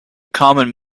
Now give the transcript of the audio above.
common